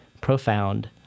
profound